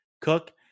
Cook